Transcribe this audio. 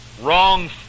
wrong